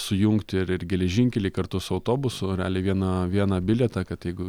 sujungti ir geležinkelį kartu su autobusu realiai viena vieną bilietą kad jeigu